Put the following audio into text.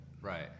right